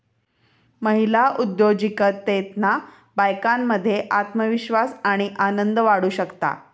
महिला उद्योजिकतेतना बायकांमध्ये आत्मविश्वास आणि आनंद वाढू शकता